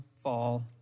fall